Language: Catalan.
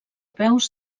peus